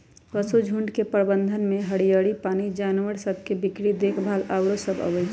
पशुझुण्ड के प्रबंधन में हरियरी, पानी, जानवर सभ के बीक्री देखभाल आउरो सभ अबइ छै